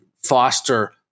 foster